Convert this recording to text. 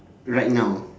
right now ah